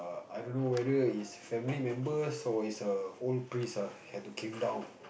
I don't know whether it's family members or his err old priest ah have to came down